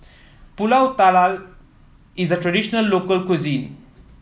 pulut Tatal is a traditional local cuisine